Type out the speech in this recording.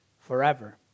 forever